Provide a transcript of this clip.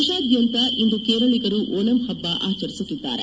ದೇಶಾದ್ಯಂತ ಇಂದು ಕೇರಳಿಗರು ಓಣಂ ಹಬ್ಬವನ್ನು ಆಚರಿಸುತ್ತಿದ್ದಾರೆ